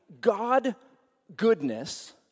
God-goodness